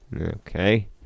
Okay